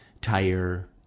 tire